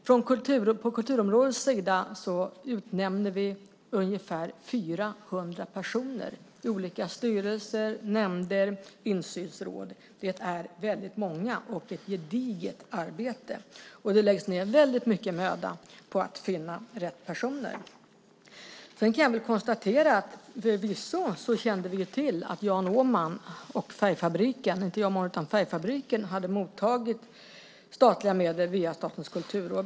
På kulturområdets sida utnämner vi ungefär 400 personer i olika styrelser, nämnder och insynsråd. Det är väldigt många, och det är ett gediget arbete. Det läggs ned mycket möda på att finna rätt personer. Jag kan konstatera att vi förvisso kände till att Färgfabriken hade mottagit statliga medel via Statens kulturråd.